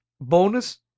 Bonus